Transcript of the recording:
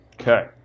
Okay